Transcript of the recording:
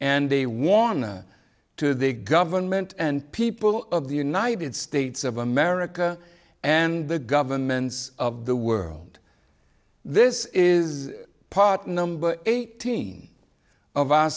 and they wanna to the government and people of the united states of america and the governments of the world this is part number eighteen of